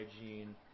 hygiene